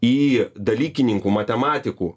į dalykininkų matematikų